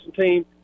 team